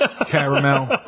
caramel